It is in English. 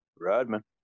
Rodman